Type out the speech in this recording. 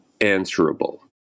answerable